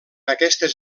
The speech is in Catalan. aquestes